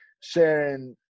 sharing